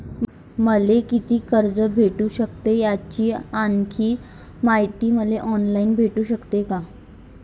मले कितीक कर्ज भेटू सकते, याची आणखीन मायती मले ऑनलाईन भेटू सकते का?